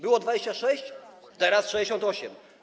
Było 26, teraz 68.